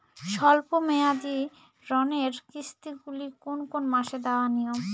স্বল্প মেয়াদি ঋণের কিস্তি গুলি কোন কোন মাসে দেওয়া নিয়ম?